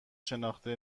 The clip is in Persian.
شناخته